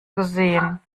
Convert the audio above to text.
gesehen